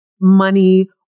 money